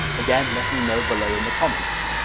again let me know below in the comments.